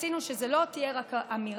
רצינו שזו לא תהיה רק אמירה,